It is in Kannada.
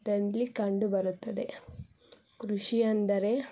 ದಲ್ಲಿ ಕಂಡು ಬರುತ್ತದೆ ಕೃಷಿ ಅಂದರೆ